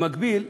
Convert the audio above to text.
במקביל,